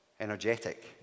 energetic